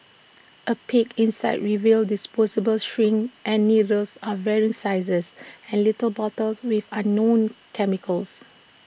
A peek inside revealed disposable syringes and needles of varying sizes and little bottles with unknown chemicals